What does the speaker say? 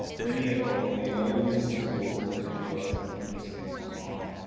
many of the older musical scores are digitised and can be seen online.